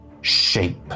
shape